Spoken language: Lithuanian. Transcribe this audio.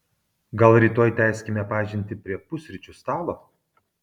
gal rytoj tęskime pažintį prie pusryčių stalo